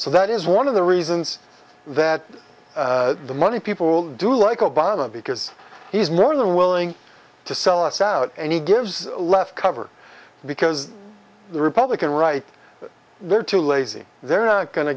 so that is one of the reasons that the money people do like obama because he's more than willing to sell us out and he gives the left cover because the republican right they're too lazy they're not going to